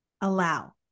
allow